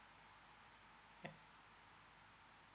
yup